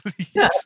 Please